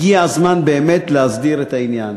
הגיע הזמן באמת להסדיר את העניין.